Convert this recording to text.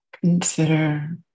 consider